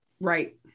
Right